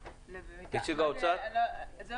נשמע את נציג האוצר בזום.